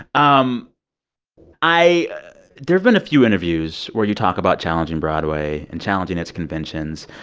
um i there have been a few interviews where you talk about challenging broadway and challenging its conventions.